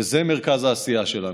וזה מרכז העשייה שלנו.